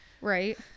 Right